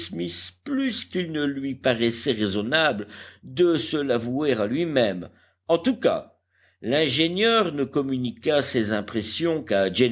plus qu'il ne lui paraissait raisonnable de se l'avouer à luimême en tout cas l'ingénieur ne communiqua ses impressions qu'à